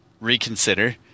reconsider